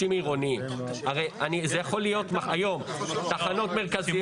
זה יכול להיות היום תחנות מרכזיות,